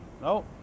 No